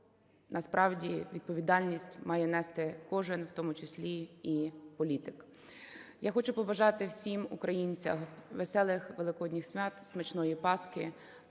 насправді, відповідальність має нести кожен, в тому числі і політик. Я хочу побажати всім українцям веселих Великодніх свят, смачної Паски.